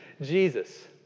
Jesus